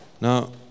Now